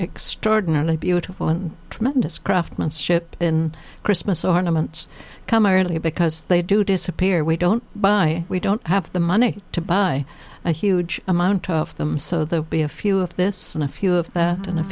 extraordinarily beautiful and tremendous craftsmanship in christmas ornaments come irony because they do disappear we don't buy we don't have the money to buy a huge amount of them so they'll be a few of this and a few of that and a